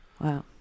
Wow